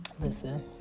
listen